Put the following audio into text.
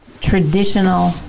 traditional